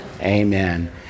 Amen